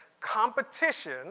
Competition